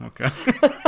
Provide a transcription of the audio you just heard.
Okay